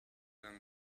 than